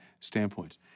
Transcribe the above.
standpoints